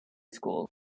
school